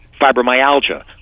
fibromyalgia